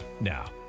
Now